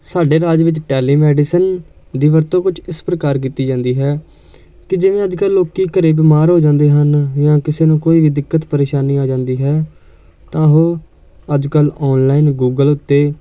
ਸਾਡੇ ਰਾਜ ਵਿੱਚ ਟੈਲੀਮੈਡੀਸਨ ਦੀ ਵਰਤੋਂ ਕੁਝ ਇਸ ਪ੍ਰਕਾਰ ਕੀਤੀ ਜਾਂਦੀ ਹੈ ਕਿ ਜਿਵੇਂ ਅੱਜ ਕੱਲ੍ਹ ਲੋਕ ਘਰ ਬਿਮਾਰ ਹੋ ਜਾਂਦੇ ਹਨ ਜਾਂ ਕਿਸੇ ਨੂੰ ਕੋਈ ਵੀ ਦਿੱਕਤ ਪਰੇਸ਼ਾਨੀ ਆ ਜਾਂਦੀ ਹੈ ਤਾਂ ਉਹ ਅੱਜ ਕੱਲ੍ਹ ਔਨਲਾਈਨ ਗੂਗਲ ਉੱਤੇ